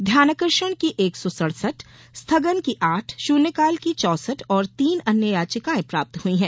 ध्यानाकर्षण की एक सौ सड़सठ स्थगन की आठ शून्यकाल की चौसठ और तीन अन्य याचिकायें प्राप्त हई हैं